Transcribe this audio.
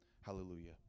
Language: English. Hallelujah